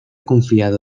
confiado